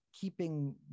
keeping